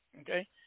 okay